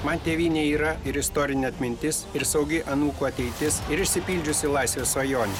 man tėvynė yra ir istorinė atmintis ir saugi anūkų ateitis ir išsipildžiusi laisvių svajonė